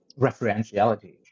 referentiality